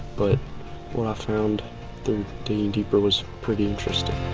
but what i found through digging deeper was pretty interesting.